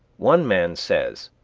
one man says,